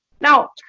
Now